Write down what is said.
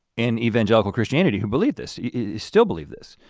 in evangelical christianity who believe this, still believe this.